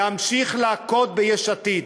להמשיך להכות ביש עתיד.